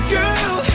girl